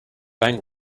bank